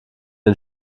den